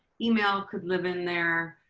email could live in there.